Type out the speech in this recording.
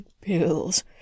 pills